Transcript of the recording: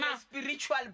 spiritual